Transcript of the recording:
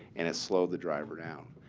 and it slowed the driver down,